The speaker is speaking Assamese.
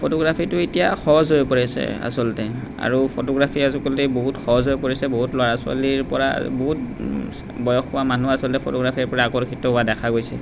ফটোগ্ৰাফীটো এতিয়া সহজ হৈ পৰিছে আচলতে আৰু ফটোগ্ৰাফী আচলতে বহুত সহজ হৈ পৰিছে বহুত ল'ৰা ছোৱালীৰ পৰা বহুত বয়স পোৱা মানুহ আচলতে ফটোগ্ৰাফীৰ পৰা আকৰ্ষিত হোৱা দেখা গৈছে